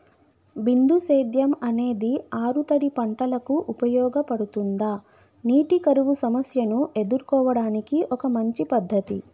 బిందు సేద్యం అనేది ఆరుతడి పంటలకు ఉపయోగపడుతుందా నీటి కరువు సమస్యను ఎదుర్కోవడానికి ఒక మంచి పద్ధతి?